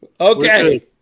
Okay